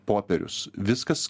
popierius viskas